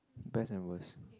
best and worst